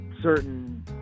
certain